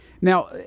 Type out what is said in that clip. Now